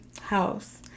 house